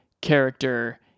character